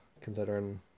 considering